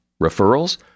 Referrals